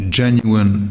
genuine